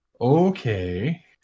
Okay